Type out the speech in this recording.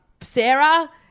Sarah